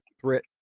threat